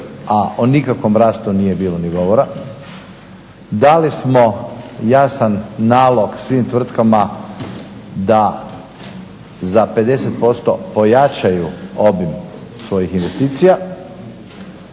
a o nikakvom rastu nije bilo ni govora, dali smo jasan nalog svim tvrtkama da za 50% pojačaju obim svojih investicija